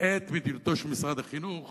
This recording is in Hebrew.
את מדיניותו של משרד החינוך